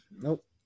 Nope